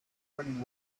running